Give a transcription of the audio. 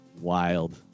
wild